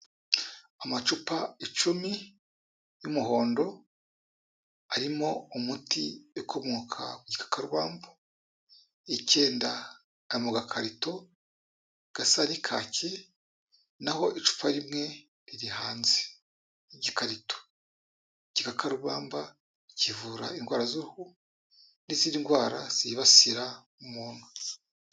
Amacupa icumi y'umuhondo arimo umuti ukomoka ku gikakarubamba, icyenda ari mu gakarito gasa n'ikaki, na ho icupa rimwe riri hanze y'igikarito, igikakarubamba kivura indwara, n'izindi ndwara zibasira umuntu.